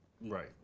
Right